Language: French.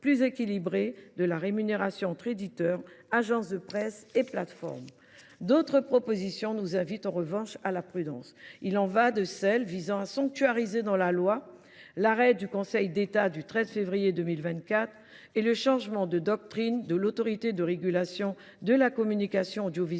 plus équilibrée de la rémunération entre éditeurs, agences de presse et plateformes. D’autres propositions nous invitent en revanche à la prudence. Il en est ainsi de celle qui vise à sanctuariser dans la loi la décision du Conseil d’État du 13 février 2024 et le changement de doctrine de l’Autorité de régulation de la communication audiovisuelle